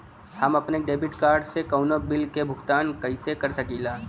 हम अपने debit card से कउनो बिल के भुगतान कइसे कर सकीला?